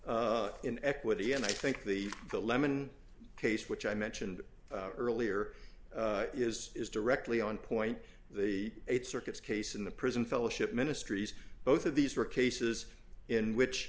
same in equity and i think the the lemon case which i mentioned earlier is is directly on point the eight circuits case in the prison fellowship ministries both of these were cases in which